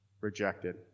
rejected